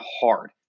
hard